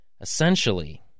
essentially